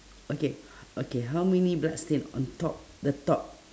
okay okay how many blood stain on top the top